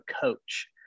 coach